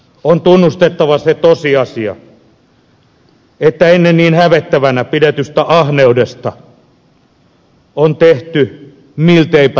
on tunnustettava se tosiasia että ennen niin hävettävänä pidetystä ahneudesta on tehty milteipä tavoiteltava hyve